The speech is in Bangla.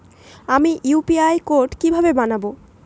আমি ইউ.পি.আই কোড কিভাবে বানাব?